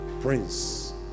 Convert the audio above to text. Prince